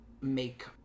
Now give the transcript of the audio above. make